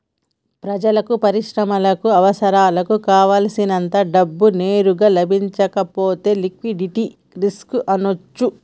ప్రజలకు, పరిశ్రమలకు అవసరాలకు కావల్సినంత డబ్బు నేరుగా లభించకపోతే లిక్విడిటీ రిస్క్ అనొచ్చు